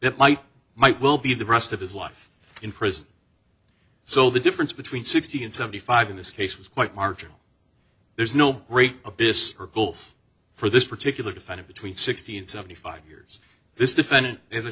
that might might well be the rest of his life in prison so the difference between sixty and seventy five in this case was quite marginal there's no great abyss or goals for this particular to find it between sixty and seventy five years this defendant is i